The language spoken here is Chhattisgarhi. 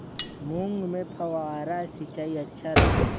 मूंग मे फव्वारा सिंचाई अच्छा रथे?